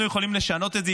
אנחנו יכולים לשנות את זה.